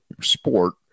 sport